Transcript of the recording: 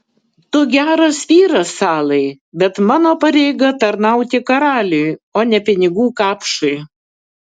tu geras vyras salai bet mano pareiga tarnauti karaliui o ne pinigų kapšui